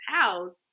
house